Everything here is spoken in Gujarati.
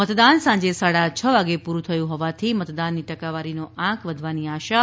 મતદાન સાંજે સાડા છ વાગે પૂરું થયું હોવાથી મતદાનની ટકાવારીનો આંક વધવાની આશા છે